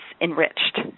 enriched